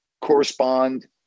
correspond